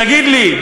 תגיד לי,